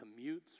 commutes